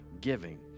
giving